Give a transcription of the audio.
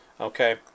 okay